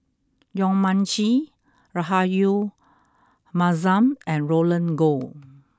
Yong Mun Chee Rahayu Mahzam and Roland Goh